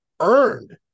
earned